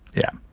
yeah.